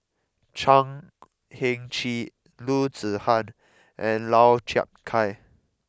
Chan Heng Chee Loo Zihan and Lau Chiap Khai